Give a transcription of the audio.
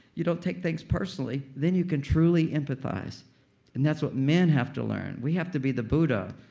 you don't take things personally. then you can truly empathize and that's what men have to learn. we have to be the buddha.